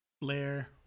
Blair